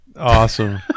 Awesome